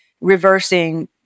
reversing